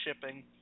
shipping